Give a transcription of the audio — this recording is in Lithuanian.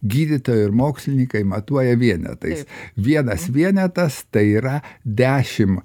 gydytojai ir mokslininkai matuoja vienetai vienas vienetas tai yra dešimt